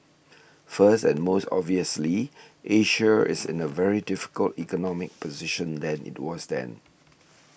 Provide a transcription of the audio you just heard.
first and most obviously Asia is in a very difficult economic position than it was then